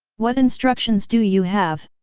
what instructions do you have?